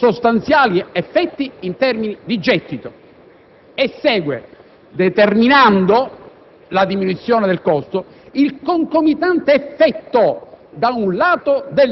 non comporta sostanziali effetti in termini di gettito». E segue: «determinando» (la diminuzione del costo) «il concomitante effetto